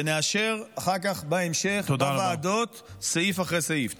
ונאשר אחר כך בהמשך בוועדות סעיף אחרי סעיף.